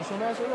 אני שומע שלא.